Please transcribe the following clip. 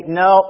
no